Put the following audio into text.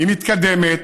היא מתקדמת,